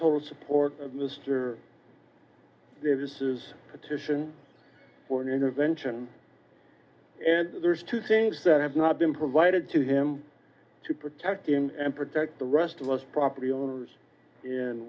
total support of mr davis's petition for an intervention and there's two things that have not been provided to him to protect him and protect the rest of us property owner's